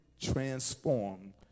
transformed